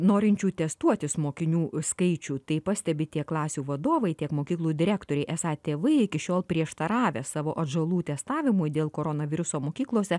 norinčių testuotis mokinių skaičių tai pastebi tiek klasių vadovai tiek mokyklų direktoriai esą tėvai iki šiol prieštaravę savo atžalų testavimui dėl koronaviruso mokyklose